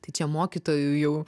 tai čia mokytojų jau